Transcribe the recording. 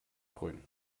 grün